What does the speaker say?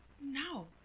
No